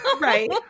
right